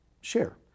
Share